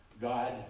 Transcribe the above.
God